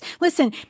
Listen